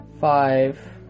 Five